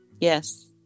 Yes